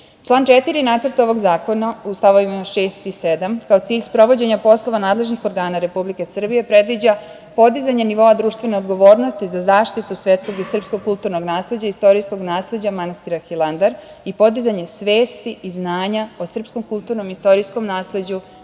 4. Nacrta ovog zakona u stavovima 6. i 7, kao cilj sprovođenja poslova nadležnih organa Republike Srbije, predviđa podizanje nivoa društvene odgovornosti za zaštitu svetskog i srpskog kulturnog nasleđa, istorijskog nasleđa manastira Hilandar i podizanje svesti i znanja o srpskom kulturnom i istorijskom nasleđu